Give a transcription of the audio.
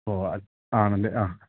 പോകാം ആണല്ലേ ആ